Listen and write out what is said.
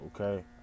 okay